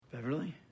Beverly